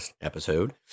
episode